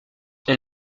elle